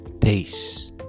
Peace